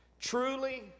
Truly